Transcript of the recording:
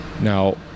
Now